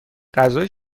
غذای